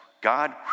God